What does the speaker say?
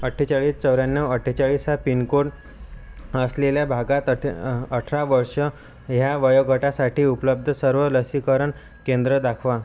अठ्ठेचाळीस चौऱ्याण्णव अठ्ठेचाळीस हा पिन कोड असलेल्या भागात अठ अठरा वर्ष ह्या वयोगटासाठी उपलब्ध सर्व लसीकरण केंद्र दाखवा